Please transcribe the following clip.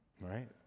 Right